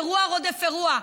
אירוע רודף אירוע,